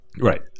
Right